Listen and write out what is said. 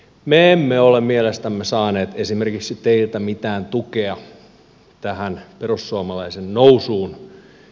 me emme ole mielestämme saaneet esimerkiksi teiltä mitään tukea tähän perussuomalaisten nousuun